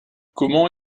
comment